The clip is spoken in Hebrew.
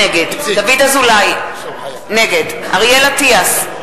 נגד דוד אזולאי, נגד אריאל אטיאס,